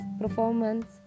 performance